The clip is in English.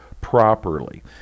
properly